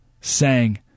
sang